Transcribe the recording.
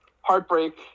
heartbreak